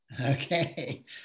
Okay